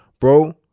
bro